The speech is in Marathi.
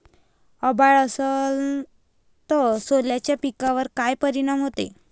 अभाळ असन तं सोल्याच्या पिकावर काय परिनाम व्हते?